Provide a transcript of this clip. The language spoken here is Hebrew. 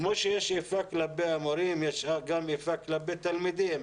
כמו שיש איפה ואיפה כלפי המורים יש גם איפה ואיפה כלפי תלמידים.